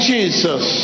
Jesus